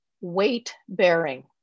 weight-bearing